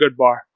Goodbar